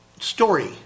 story